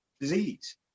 disease